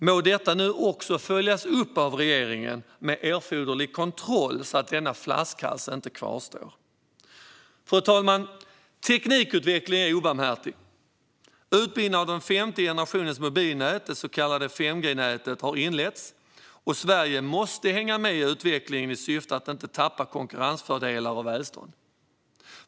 Må detta nu också följas upp av regeringen med erforderlig kontroll så att denna flaskhals inte kvarstår. Fru talman! Teknikutveckling är obarmhärtig. Utbyggnaden av den femte generationens mobilnät, det så kallade 5G-nätet, har inletts, och Sverige måste hänga med i utvecklingen i syfte att inte tappa konkurrensfördelar och välstånd.